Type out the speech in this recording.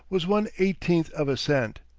was one eighteenth of a cent!